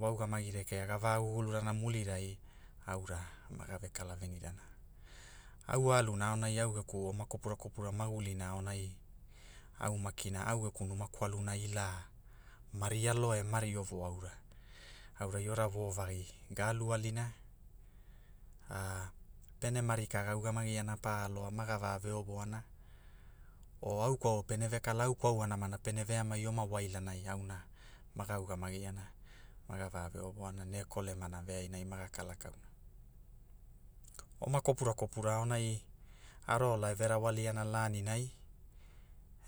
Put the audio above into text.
Wa ugamagi rekea ga va gugulurana mulirai, aura maga ve kalavenirana, au a aluna aonai au geku oma kopura kopura magulina aonai, au makina au geku numa kwalna ila, mari alo e mari ovo aura, aurai ora vovagi, ga alualina, a- pene mari ka ga ugamagiana pa aloa maga ve veovona, o au kwaua pene ve kala au kwauana pene veamai oma wailanai auna maga ugamagiana, maga vave ve oroana ne kolemana veaina maga kala kauna, oma kopura kopura aonai, aro ola eve rawaliana laninai,